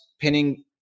pinning